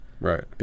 right